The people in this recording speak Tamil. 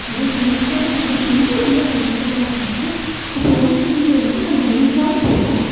அதுவும் ஃப்ரெண்ட்ஸ் கூட போகிறதுனா இன்னும் ரொம்ப சந்தோஷமாக இருந்துச்சு அப்புறம் ஊட்டிக்கே வந்துட்டு நாங்கள் ரெண்டு நாள் போனோம்